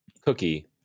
cookie